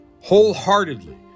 wholeheartedly